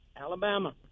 Alabama